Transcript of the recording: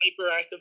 hyperactive